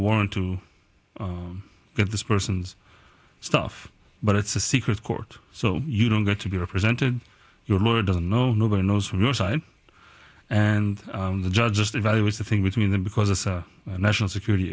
a warrant to get this person's stuff but it's a secret court so you don't get to be represented your lawyer doesn't know nobody knows from your side and the judge just evaluates the thing between them because it's a national security